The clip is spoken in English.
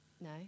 No